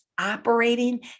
operating